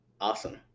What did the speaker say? awesome